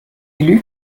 élu